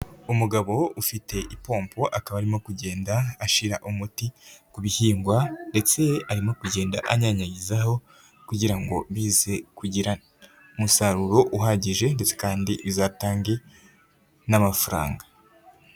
Umugabo ufite ipombo akaba arimo kugenda ashyira umuti ku bihingwa ndetse arimo kugenda anyanyagizaho kugira ngo bize kugira umusaruro uhagije ndetse kandi bizatange n'amafaranga.